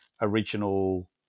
original